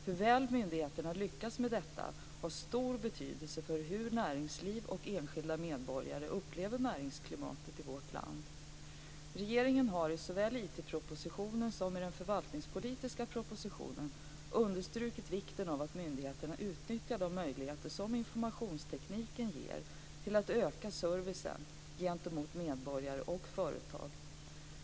Hur väl myndigheterna lyckas med detta har stor betydelse för hur näringsliv och enskilda medborgare upplever näringsklimatet i vårt land. Regeringen har såväl i IT-propositionen som i den förvaltningspolitiska propositionen understrukit vikten av att myndigheter utnyttjar de möjligheter som informationstekniken ger till att öka servicen gentemot medborgare och företag.